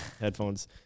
headphones